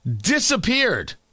Disappeared